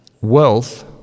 Wealth